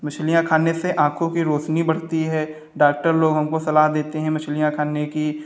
मछलियाँ खाने से आँखों की रोशनी बढ़ती है डॉक्टर लोग हमको सलाह देते हैं मछलियाँ खाने की